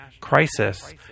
crisis